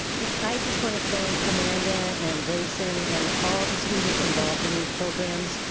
yeah, i just want to thank amanda and grayson, and all the students involved in these programs.